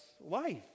life